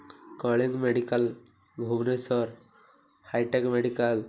Kalinga medical Bhubaneswar hi tech medical